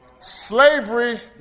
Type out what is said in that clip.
Slavery